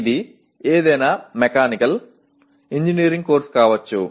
ఇది ఏదైనా mechanical engineering course కావచ్చు